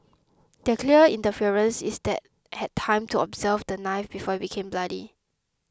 the clear interference is that had time to observe the knife before it became bloody